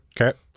okay